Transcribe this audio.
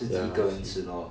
ya I see